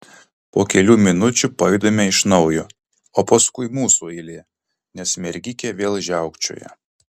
po kelių minučių pajudame iš naujo o paskui mūsų eilė nes mergikė vėl žiaukčioja